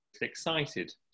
excited